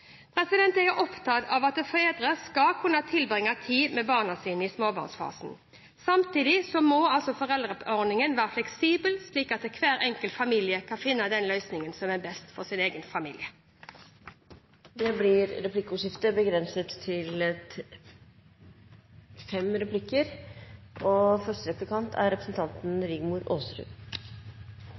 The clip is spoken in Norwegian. Jeg er opptatt av at fedre skal kunne tilbringe tid med barna sine i småbarnsfasen. Samtidig må foreldrepengeordningen være fleksibel, slik at hver enkelt familie kan finne den løsningen som er best for deres egen familie. Det blir replikkordskifte. Nå har vi hørt både statsråden og representanter fra regjeringspartiene forklare oss hvor forferdelig vanskelig det er